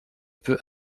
peut